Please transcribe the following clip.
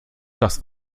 das